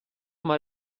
mal